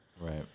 Right